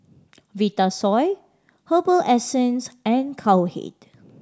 Vitasoy Herbal Essences and Cowhead